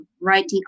writing